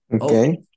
Okay